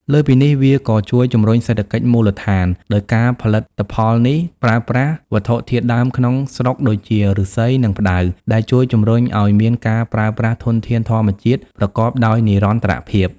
លើសពីនេះ វាក៏ជួយជំរុញសេដ្ឋកិច្ចមូលដ្ឋាន ដោយការផលិតផលនេះប្រើប្រាស់វត្ថុធាតុដើមក្នុងស្រុកដូចជា ឫស្សី និងផ្តៅ ដែលជួយជំរុញឲ្យមានការប្រើប្រាស់ធនធានធម្មជាតិប្រកបដោយនិរន្តរភាព។